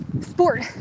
Sport